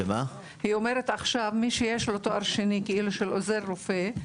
היא אומרת עכשיו שמי שיש לו תואר שני של עוזר רופא,